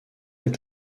est